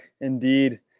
indeed